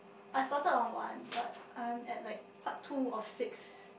I started on one but I'm at like part two of six